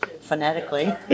phonetically